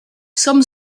some